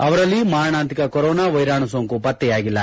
ಅವರಲ್ಲಿ ಮಾರಣಾಂತಿಕ ಕೋರೊನಾ ವೈರಾಣು ಸೋಂಕು ಪತ್ತೆಯಾಗಿಲ್ಲ